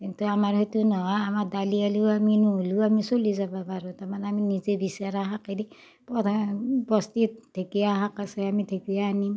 কিন্তু আমাৰ সেইটো নহয় আমাক দালি আলু আমি নহ'লেও আমি চলি যাব পাৰোঁ তাৰমানে আমি নিজেই বিচৰা শাকেদি পৰা বস্তিত ঢেঁকীয়া শাক আছে আমি ঢেঁকীয়া আনিম